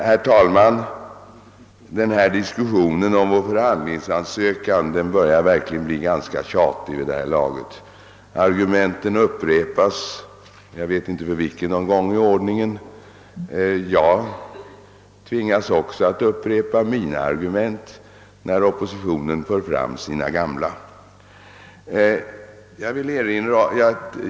Herr talman! Denna diskussion om vår förhandlingsansökan börjar vid det här laget bli ganska tjatig. Argumenten upprepas, jag vet inte för vilken gång i ordningen, och även jag tvingas att upprepa mina argument när oppositionen för fram sina gamla.